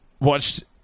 watched